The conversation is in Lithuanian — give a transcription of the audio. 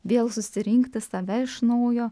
vėl susirinkti save iš naujo